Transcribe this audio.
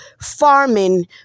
farming